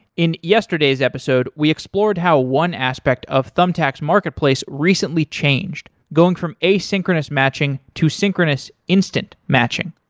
in yesterday's episode, we explored how one aspect of thumbtack's marketplace recently changed, going from asynchronous matching to synchronous instant matching.